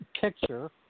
picture